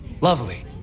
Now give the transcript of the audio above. Lovely